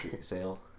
sale